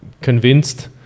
convinced